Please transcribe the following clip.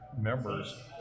members